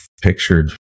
Pictured